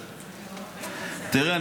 תראה,